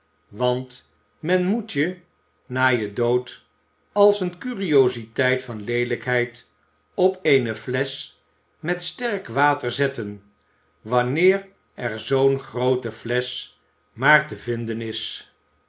want men moet je na je dood als een curiositeit van leelijkheid op eene flesch met sterk water zetten wanneer er zoo'n groote flesch maar te vinden is